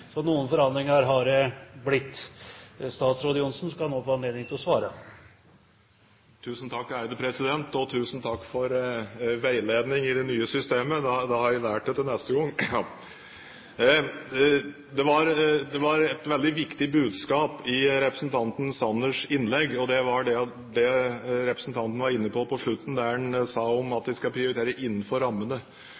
Så noen forandringer har det blitt. Statsråd Johnsen skal nå få anledning til å svare. Tusen takk for veiledning i det nye systemet. Da har jeg lært det til neste gang. Det var et veldig viktig budskap på slutten av representanten Sanners innlegg der han var inne på at de skal prioritere innenfor rammene. Jeg legger da til grunn at Høyre på